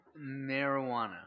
marijuana